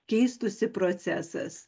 keistųsi procesas